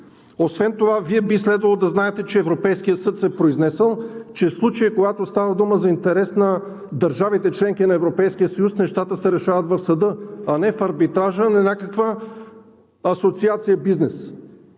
Освен това Вие би следвало да знаете, че Европейският съд се е произнесъл, че в случай когато става дума за интерес на държавите – членки на Европейския съюз, нещата се решават в съда, а не в Арбитража на някаква бизнес